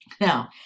Now